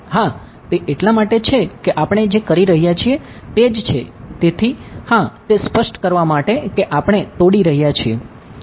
હા તે એટલા માટે છે કે આપણે કરી રહ્યા છીએ તે જ છે તેથી હા તે સ્પષ્ટ કરવા માટે કે આપણે તોડી રહ્યા છીએ